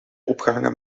opgehangen